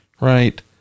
right